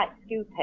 scooping